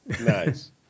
Nice